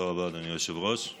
תודה רבה, אדוני היושב-ראש.